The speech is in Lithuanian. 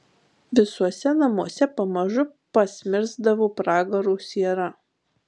visuose namuose pamažu pasmirsdavo pragaro siera